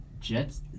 Jets